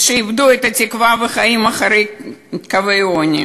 שאיבדו את התקווה וחיים מתחת לקו העוני.